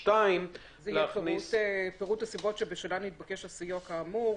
פירוט הסיבות שבשלהן התבקש הסיוע כאמור.